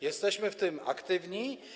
Jesteśmy w tym aktywni.